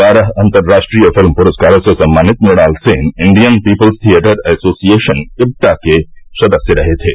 बारह अंतर्राष्ट्रीय फिल्म पुरस्कारों से सम्मानित Mrinal Sen Indian People's Theatre Association IPTA के सदस्य रहे थे